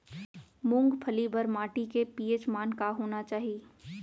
मूंगफली बर माटी के पी.एच मान का होना चाही?